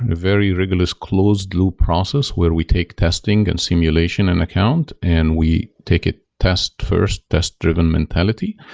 a very rigorous closed-loop process, where we take testing and simulation and account and we take it test first, test-driven mentality,